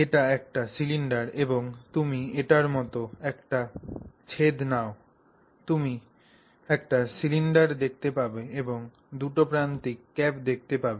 এটি একটি সিলিন্ডার এবং তুমি এটির মতো একটি ছেদ নাও তুমি একটি সিলিন্ডার দেখতে পাবে এবং দুটি প্রান্তিক ক্যাপ দেখতে পাবে